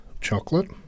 chocolate